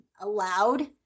Allowed